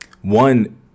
one